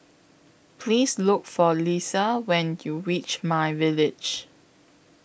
Please Look For Liza when YOU REACH MyVillage